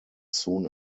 soon